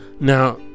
Now